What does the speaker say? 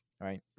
Right